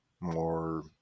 more